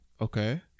Okay